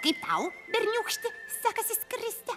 kaip tau berniūkšti sekasi skristi